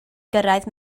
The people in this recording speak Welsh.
gyrraedd